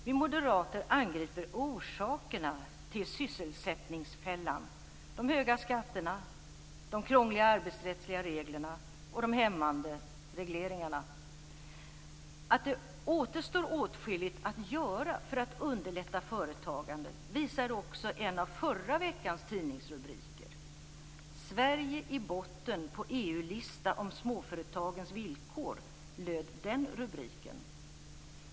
Vi moderater angriper orsakerna till sysselsättningsfällan - de höga skatterna, de krångliga arbetsrättslagarna och de hämmande regleringarna. Att det återstår åtskilligt att göra för att underlätta företagande visar en av förra veckans tidningsrubriker. "Sverige i botten på EU-lista om småföretagens villkor" löd rubriken.